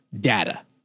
data